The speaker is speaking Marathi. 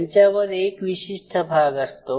यांच्यावर एक विशिष्ट भाग असतो